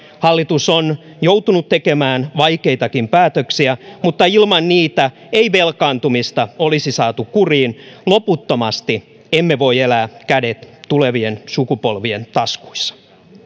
hallitus on joutunut tekemään vaikeitakin päätöksiä mutta ilman niitä ei velkaantumista olisi saatu kuriin loputtomasti emme voi elää kädet tulevien sukupolvien taskuissa